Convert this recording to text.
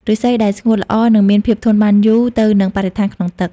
ឫស្សីដែលស្ងួតល្អនឹងមានភាពធន់បានយូរទៅនឹងបរិស្ថានក្នុងទឹក។